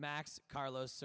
max carlos